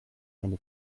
eine